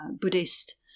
Buddhist